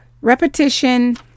repetition